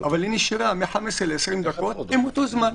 אבל היא נשארה בין 15 ל-20 דקות עם אותו זמן,